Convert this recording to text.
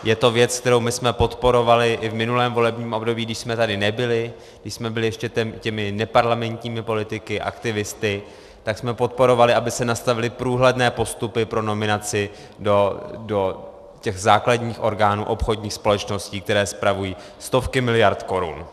Je to věc, kterou my jsme podporovali i v minulém volebním období, když jsme tady nebyli, když jsme byli ještě těmi neparlamentními politiky, aktivisty, tak jsme podporovali, aby se nastavily průhledné postupy pro nominaci do těch základních orgánů obchodních společností, které spravují stovky miliard korun.